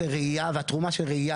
לימור סון הר מלך (עוצמה יהודית):